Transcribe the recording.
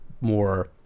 more